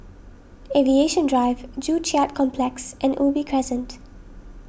Aviation Drive Joo Chiat Complex and Ubi Crescent